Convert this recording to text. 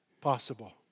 possible